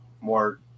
more